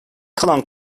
kalan